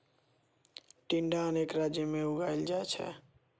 टिंडा अनेक राज्य मे उगाएल जाइ छै